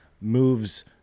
moves